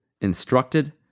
instructed